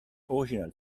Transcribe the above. original